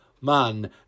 Man